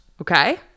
okay